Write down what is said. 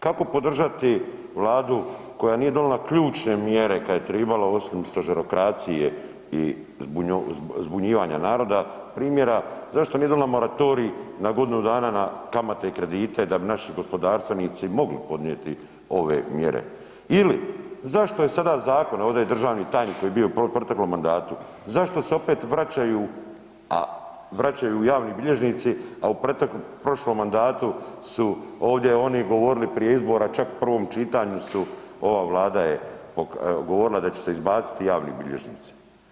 Kako podržati Vladu koja nije donijela ključne mjere kad je tribalo osim stožerokracije i zbunjivanja naroda, primjera zašto nije donijela moratorij na kamate i kredite da bi naši gospodarstvenici mogli podnijeti ove mjere ili zašto je sada zakon, ovdje je državni tajnik koji je bio i u proteklom mandatu, zašto se opet vraćaju, a vraćaju javni bilježnici, a u prošlom mandatu su ovdje oni govorili prije izbora čak u prvom čitanju su, ova Vlada je govorila da će se izbaciti javni bilježnici.